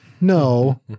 No